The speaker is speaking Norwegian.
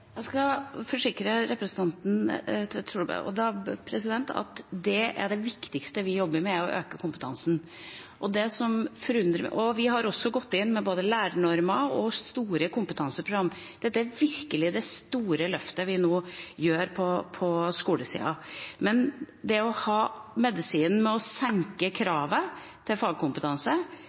Jeg skal forsikre representanten Tvedt Solberg om at det viktigste vi jobber med, er å øke kompetansen. Vi har også gått inn med både lærernormer og store kompetanseprogram. Det er det virkelig store løftet vi nå gjør på skolesida. Men medisinen med å senke kravet til fagkompetanse, senke kravet til å kunne fagene man underviser i, senke kravet til